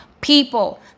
people